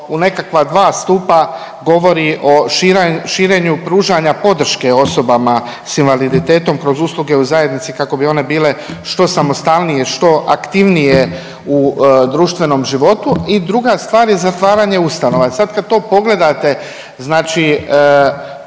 u nekakva dva stupa govori o širenju pružanja podrške osobama s invaliditetom kroz usluge u zajednici kako bi one bile što samostalnije i što aktivnije u društvenom životu i druga stvar je zatvaranje ustanova. Sad kad to pogledate, znači